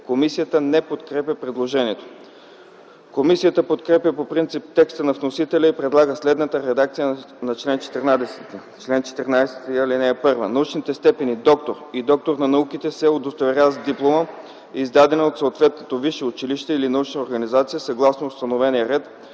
Комисията не подкрепя предложението. Комисията подкрепя по принцип текста на вносителя и предлага следната редакция на чл. 14: „Чл. 14. (1) Научните степени „доктор” и „доктор на науките” се удостоверяват с диплома, издадена от съответното висше училище или научна организация, съгласно установения ред,